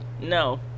no